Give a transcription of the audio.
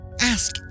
Ask